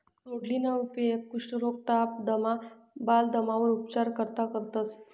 तोंडलीना उपेग कुष्ठरोग, ताप, दमा, बालदमावर उपचार करता करतंस